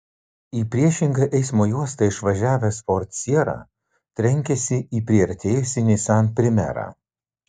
į priešingą eismo juostą išvažiavęs ford sierra trenkėsi į priartėjusį nissan primera